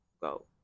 go